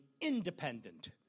independent